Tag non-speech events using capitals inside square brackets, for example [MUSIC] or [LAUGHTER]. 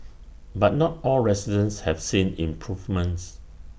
[NOISE] but not all residents have seen improvements